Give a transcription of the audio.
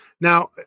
Now